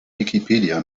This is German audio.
wikipedia